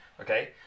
Okay